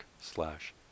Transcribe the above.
slash